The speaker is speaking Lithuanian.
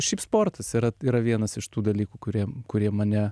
šiaip sportas yra yra vienas iš tų dalykų kurie kurie mane